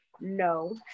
no